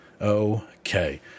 Okay